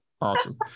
Awesome